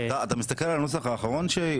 מסתכל על הנוסח האחרון?